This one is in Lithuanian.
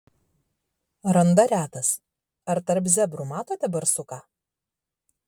randa retas ar tarp zebrų matote barsuką